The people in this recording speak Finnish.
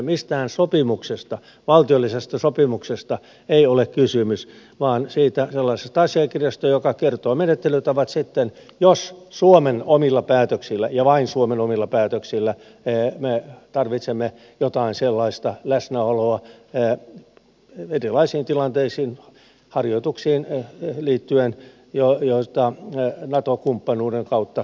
mistään sopimuksesta valtiollisesta sopimuksesta ei ole kysymys vaan sellaisesta asiakirjasta joka kertoo menettelytavat sitten jos suomen omilla päätöksillä ja vain suomen omilla päätöksillä me tarvitsemme jotain sellaista läsnäoloa erilaisiin tilanteisiin harjoituksiin liittyen joita nato kumppanuuden kautta tulee esiin